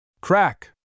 Crack